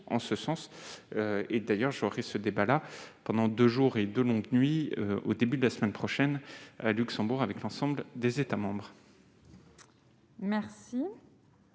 Merci